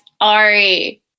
Ari